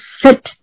sit